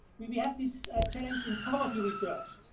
we we have this challenge in parliamentary research,